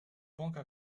banque